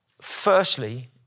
Firstly